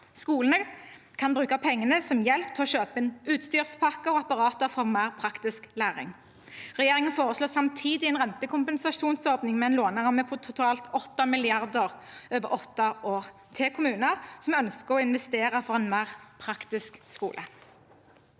Skolene kan bruke pengene som hjelp til å kjøpe en utstyrspakke og apparater for mer praktisk læring. Regjeringen foreslår samtidig en rentekompensasjonsordning med en låneramme på totalt 8 mrd. kr over åtte år til kommuner som ønsker å investere for en mer praktisk skole.